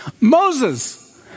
Moses